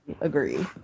agree